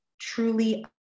truly